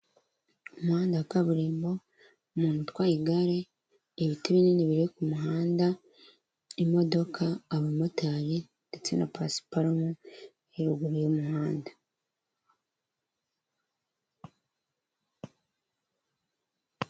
Umuhanda wa kaburimbo, umuntu utwaye igare, ibiti binini biri ku muhanda, imodoka, abamotari, ndetse na pasiparumu iri ruguru y'umuhanda.